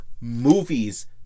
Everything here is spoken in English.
movies